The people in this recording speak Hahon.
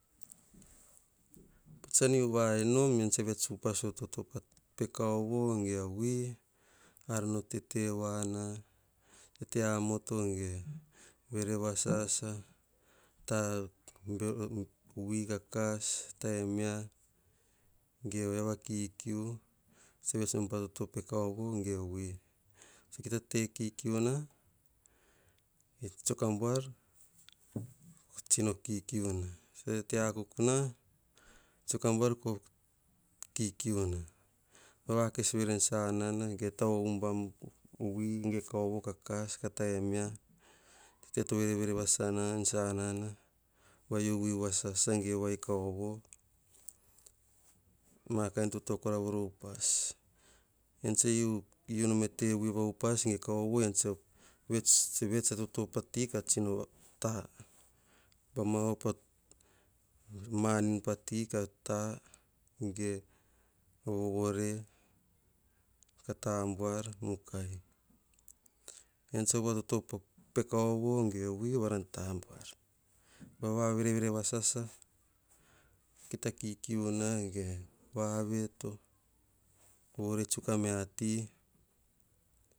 Patsan kes yha en, nom. Vets upa yoso atoto pe yui ge kaovo ar no tete yoana. Tete amoto ge, vere yasasa. Ta o bero yui kakas. Ta en mia ge oyik va kiukiu vets nom pa toto pe kaovo ge yuui oyia tsakita kiukiu na tsoe ka buar ko kiukiu na tete akuk na. Tsoe ka buar ko kiukiu na. Pava kes vere en sasana. Tao o hebam vui. Ge o kaovo kakas ka ta emia. Teto vere vere vasasa en sanana. Va uvui vasasa ge va u kaovo vasasa. Ma kain toto kora voro upas ean tsa u nom e te vui va upas ge kaovo ean tsa vegts a toto pati varah ta. Baim a op o manin pati varan ta. Ge vovore ka ta buar mukai. Ean tsa op a toto kaovo ge vui varan ta buar. Pa vaveke vasasa kita kikui na ge vaveto vore tsuk a mati